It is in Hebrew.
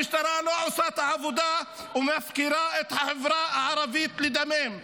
המשטרה לא עושה את העבודה ומפקירה את החברה הערבית לדמם.